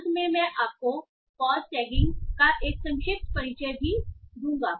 अंत में मैं आपको पॉज़ टैगिंग का एक संक्षिप्त परिचय भी दूंगा